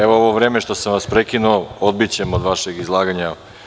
Evo, ovo vreme što sam vas prekinuo, odbićemo od vašeg izlaganja.